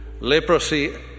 Leprosy